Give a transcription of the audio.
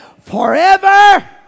forever